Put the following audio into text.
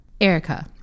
Erica